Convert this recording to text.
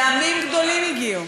ימים גדולים הגיעו.